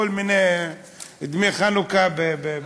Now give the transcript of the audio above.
כל מיני דמי חנוכה.